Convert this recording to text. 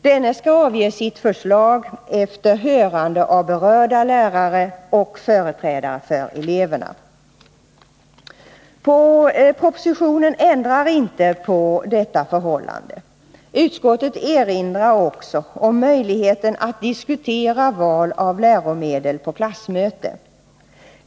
Denne skall avge sitt förslag efter hörande av berörda lärare och företrädare för eleverna. Propositionen föreslår ingen ändring av detta förhållande. Utskottet erinrar också om möjligheten att diskutera val av läromedel på klassmöte.